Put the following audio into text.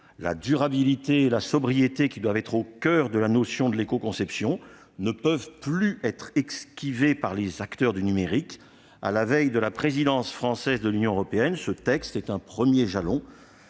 La durabilité et la sobriété, qui doivent être au coeur de la notion d'écoconception, ne peuvent plus être esquivées par les acteurs du numérique. À la veille de la présidence française de l'Union européenne, ce texte est un premier jalon.